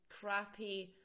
crappy